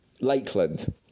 Lakeland